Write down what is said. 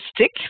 stick